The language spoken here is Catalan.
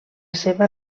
seva